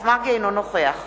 אינו נוכח נגד.